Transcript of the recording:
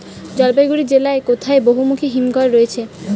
জলপাইগুড়ি জেলায় কোথায় বহুমুখী হিমঘর রয়েছে?